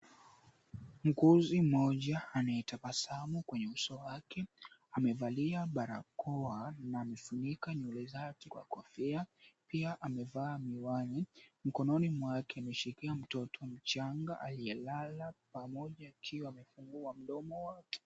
Muuguzi mmoja anaye tabasamu kwenye uso wake. Amevalia barakoa na amefunika nywele zake kwa kofia. Pia amevaa miwani mkononi mwake ameshikilia mtoto mchanga aliyelala pamoja akiwa amefungua mdomo wote.